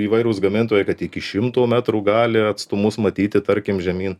įvairūs gamintojai kad iki šimto metrų gali atstumus matyti tarkim žemyn